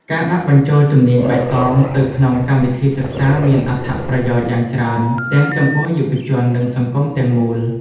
ការដាក់បញ្ចូលជំនាញបៃតងទៅក្នុងកម្មវិធីសិក្សាមានអត្ថប្រយោជន៍យ៉ាងច្រើនទាំងចំពោះយុវជននិងសង្គមទាំងមូល។